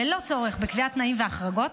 ללא צורך בקביעת תנאים והחרגות,